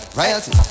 royalty